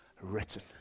written